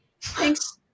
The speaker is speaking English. Thanks